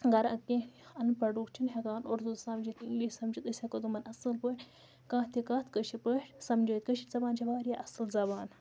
گَرَ کیٚنٛہہ اَن پَڑ لُکھ چھِنہٕ ہیٚکان اردو سَمجِتھ اِنٛگلِش سَمجِتھ أسۍ ہیٚکو تِمَن اَصٕل پٲٹھۍ کانٛہہ تہِ کَتھ کٲشِر پٲٹھۍ سَمجٲیِتھ کٲشِر زَبان چھِ واریاہ اَصل زَبان